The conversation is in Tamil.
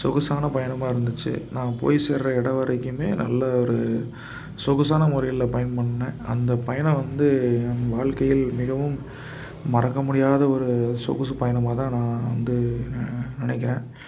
சொகுசான பயணமாக இருந்துச்சு நான் போய் சேர்ற இடம் வரைக்குமே நல்ல ஒரு சொகுசான முறையில் பயணம் பண்ணேன் அந்த பயணம் வந்து என் வாழ்க்கையில் மிகவும் மறக்க முடியாத ஒரு சொகுசு பயணமாகதான் நான் வந்து நினைக்கிறேன்